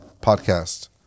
podcast